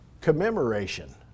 commemoration